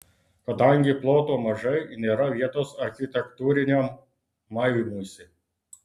kadangi ploto mažai nėra vietos architektūriniam maivymuisi